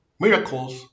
miracles